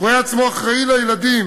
רואה עצמו אחראי לילדים